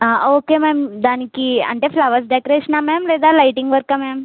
ఆ okay ma'am దానికి అంటే ఫ్లవర్స్ డెకరేషనా లేదా లైటింగ్ వర్కా మ్యామ్